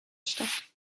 statt